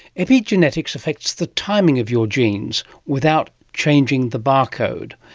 epigenetics affects the timing of your genes without changing the barcode.